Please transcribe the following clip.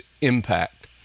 impact